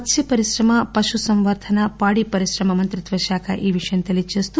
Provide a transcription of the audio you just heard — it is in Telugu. మత్స్యపరిశ్రమ పశుసంవర్థక పాడిపరిశ్రమ మంత్రిత్వశాఖ ఈ విషయం ప తెలియజేసింది